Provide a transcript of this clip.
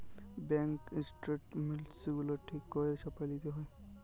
bank statements গুলা ঠিক ক্যইরে ছাপাঁয় লিতে হ্যয়